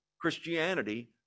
Christianity